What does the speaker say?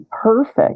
perfect